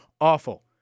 awful